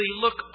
look